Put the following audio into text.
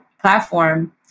platform